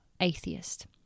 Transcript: atheist